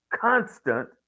constant